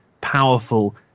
powerful